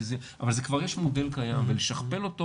אבל כבר יש מודל קיים ולשכפל אותו